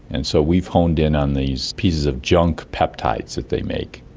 and so we've homed in on these pieces of junk peptides that they make.